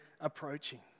approaching